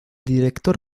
director